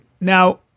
Now